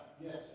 Yes